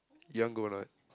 you want go or not